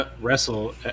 wrestle